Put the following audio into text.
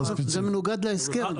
זה מנוגד להסכם.